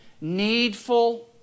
needful